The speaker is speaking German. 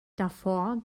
davor